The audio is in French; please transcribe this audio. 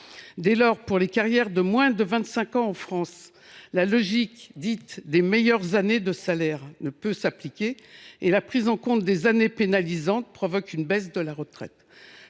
pas. Ainsi, pour les carrières de moins de vingt cinq ans en France, la logique dite « des meilleures années de salaire » ne peut s’appliquer et la prise en compte des années pénalisantes provoque une baisse de la pension